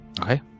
Okay